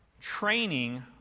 training